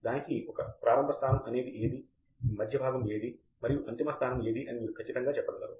దానికి ఒక ప్రారంభ స్థానం అనేది ఏదీ మధ్య భాగము ఏదీ మరియు అంతిమ స్థానం ఏదీ అని మీరు ఖచ్చితముగా చెప్పగలరు